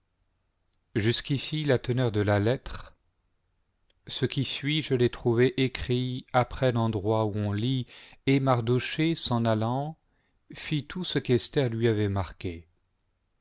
jusqu'ici la teneur de la lettre ce qui suit je l'ai trouvé écrit après l'endroit où on lit et mardochée s'en allant fit tout ce que esther lui avait marque